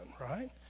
right